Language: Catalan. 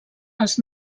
els